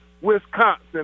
Wisconsin